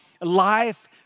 Life